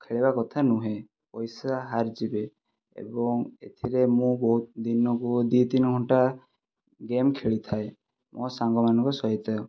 ଖେଳିବା କଥା ନୁହେଁ ପଇସା ହାରିଯିବେ ଏବଂ ଏଥିରେ ମୁଁ ବହୁତ ଦିନକୁ ଦି ତିନି ଘଣ୍ଟା ଗେମ୍ ଖେଳିଥାଏ ମୋ ସାଙ୍ଗମାନଙ୍କ ସହିତ